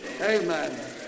Amen